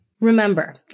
Remember